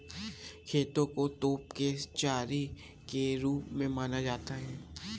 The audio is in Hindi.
खेपों को तोप के चारे के रूप में माना जाता था